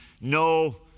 No